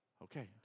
Okay